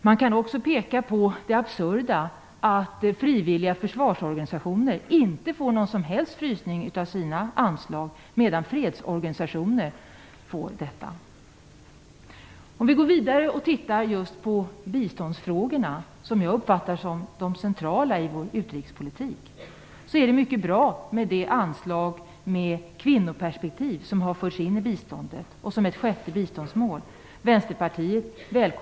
Man kan också peka på det absurda i att frivilliga försvarsorganisationer inte får vidkännas någon som helst frysning av sina anslag samtidigt som fredsorganisationer däremot får det. Just biståndsfrågorna uppfattar jag som de centrala i vår utrikespolitik. Det anslag med kvinnoperspektiv som har förts in i biståndet som ett sjätte biståndsmål välkomnar Vänsterpartiet.